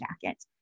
jacket